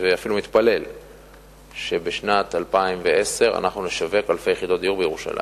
ואפילו מתפלל שבשנת 2010 אנחנו נשווק אלפי יחידות דיור בירושלים.